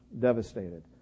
devastated